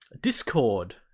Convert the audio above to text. Discord